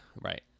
Right